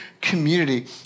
community